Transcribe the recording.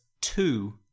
two